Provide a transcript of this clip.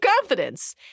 confidence